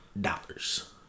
dollars